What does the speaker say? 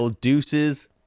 deuces